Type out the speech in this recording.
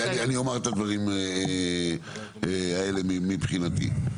אני אומר את הדברים האלה מבחינתי.